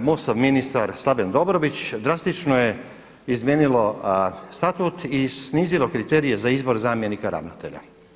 MOST-ov ministar Slaven Dobrović drastično je izmijenilo statut i snizilo kriterije za izbor zamjenika ravnatelja.